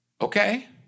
Okay